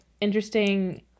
interesting